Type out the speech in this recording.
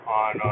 on